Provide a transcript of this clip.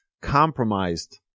compromised